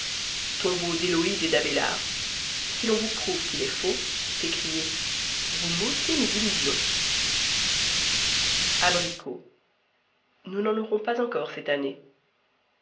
tombeau d'eloïse et d'abélard si l'on vous prouve qu'il est faux s'écrier vous m'ôtez mes illusions abricots nous n'en aurons pas encore cette année